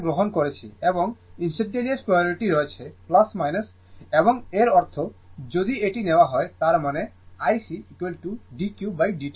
কিছু একটা গ্রহণ করেছি এবং ইনস্টানটানেওয়াস পোলারিটি রয়েছে এবং এর অর্থ যদি এটি নেওয়া হয় তার মানে IC dqdt হবে